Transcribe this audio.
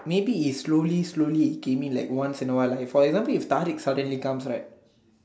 maybe if slowly slowly it came in like once in awhile lah for example if talik suddenly comes right